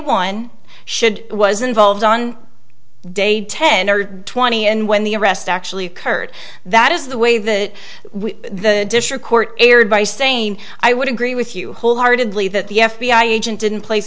one should was involved on day ten or twenty and when the arrest actually occurred that is the way that the district court erred by saying i would agree with you wholeheartedly that the f b i agent didn't pla